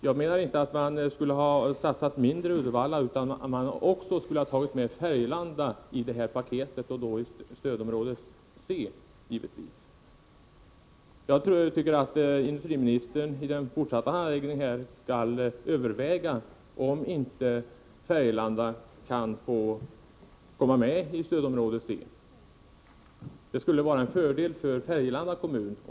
Jag menar inte att man skulle ha satsat mindre i Uddevalla, utan man skulle också ha tagit med Färgelanda i paketet, och då i stödområde C givetvis. Jag tycker att industriministern i den fortsatta handläggningen skall överväga, om inte Färgelanda kan få komma med i stödområde C. Detta skulle vara en fördel för Färgelanda.